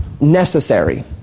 necessary